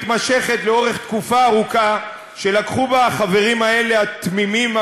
שאת מתמידה בעשייה שלך לדאוג לכל הנשים שנמצאות